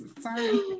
Sorry